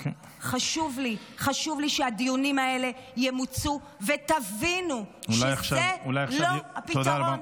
חשוב לי שהדיונים האלה ימוצו ושתבינו שזה לא הפתרון.